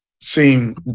seem